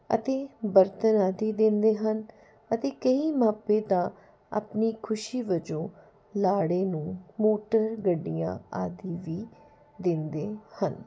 ਅਤੇ ਬਰਤਨ ਆਦਿ ਦਿੰਦੇ ਹਨ ਅਤੇ ਕਈ ਮਾਪੇ ਤਾਂ ਆਪਣੀ ਖੁਸ਼ੀ ਵਜੋਂ ਲਾੜੇ ਨੂੰ ਮੋਟਰ ਗੱਡੀਆਂ ਆਦਿ ਵੀ ਦਿੰਦੇ ਹਨ